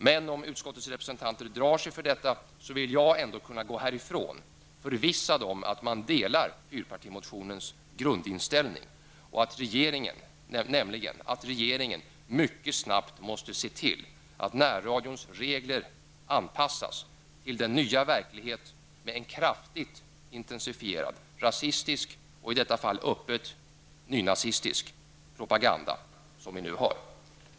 Men om utskottets representanter drar sig för detta, vill jag ändå kunna gå härifrån förvissad om att man delar fyrpartimotionens grundinställning, nämligen att regeringen mycket snabbt måste se till att närradions regler anpassas till den nya verkligheten med en kraftigt intensifierad rasistisk -- och i detta fall öppet nynazistisk -- propaganda.